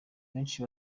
benshi